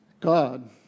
God